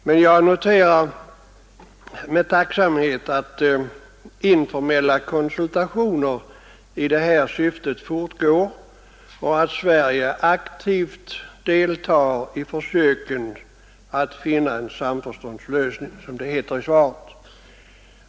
Men jag noterar med tacksamhet att informella konsultationer i det här syftet fortgår och att Sverige aktivt deltar i försöken att finna en samförståndslösning, som det heter i svaret.